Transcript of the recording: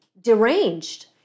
deranged